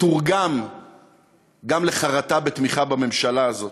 תתורגם גם לחרטה בתמיכה בממשלה הזאת,